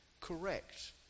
correct